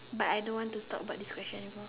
but I don't want to talk about this question anymore